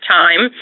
time